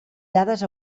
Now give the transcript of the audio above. dades